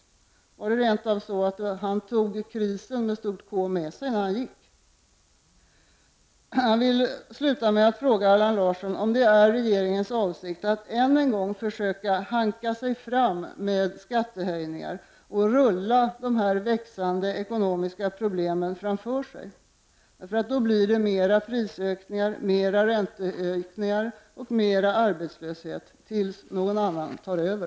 Var det rent av så att han tog krisen med stort K med sig när han gick? Jag vill sluta med att fråga Allan Larsson om det är regeringens avsikt att än en gång försöka hanka sig fram med skattehöjningar och rulla de växande ekonomiska problemen framför sig. Då blir det mer prisökningar, mer räntehöjningar och mer arbetslöshet tills någon annan tar över.